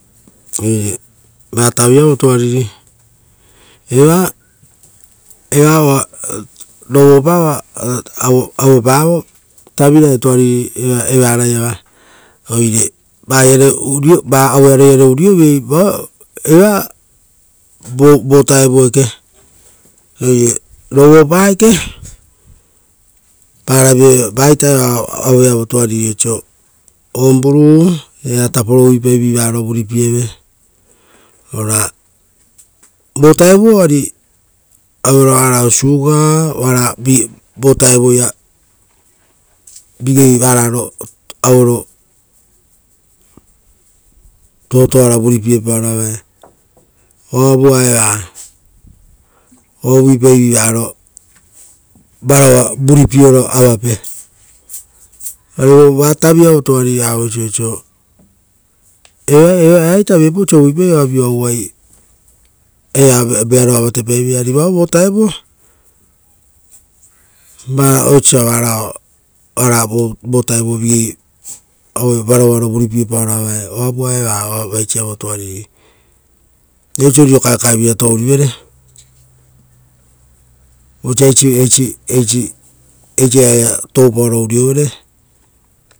Oire, eva oa auepavo, oaia tavirae tuariri evaraiava. Oire va auearoiare urioviei tuariri, evara oisio osa aue vao itakopaovi, oa taporo uvuipai ra vivaro varaua vuripieve ora, vo vutao ari aueroa varao aioro, oara vigei varoro totoara vuripiepaoro avapae, oavua eva oa uvuipai vivaro varaua vuripieoro avapere, ra viapau oisio riro kaekaevira tourivere.